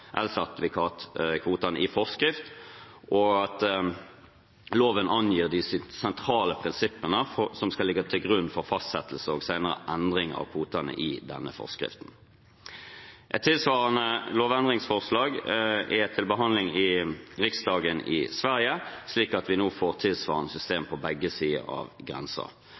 elsertifikatkvotene i forskrift, og at loven angir de sentrale prinsippene som skal ligge til grunn for fastsettelse og senere endring av kvotene i denne forskriften. Et tilsvarende lovendringsforslag er til behandling i Riksdagen i Sverige, slik at vi nå får tilsvarende systemer på begge sider av